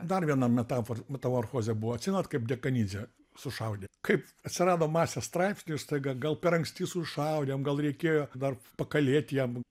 dar viena metafor metamorfozė buvo atsimenat kaip dekanidzę sušaudė kaip atsirado masės straipsnių staiga gal per anksti sušaudėm gal reikėjo dar pakalėt jam